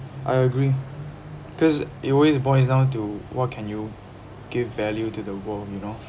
I agree because it always boils down to what can you give value to the world you know